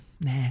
Nah